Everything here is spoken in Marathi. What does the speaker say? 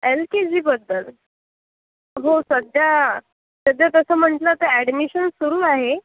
एल के जीबद्दल हो सध्या त्याच्यात असं म्हटलं तर अॅडमिशन सुरू आहे